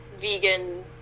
vegan